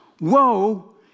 Woe